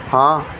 ਹਾਂ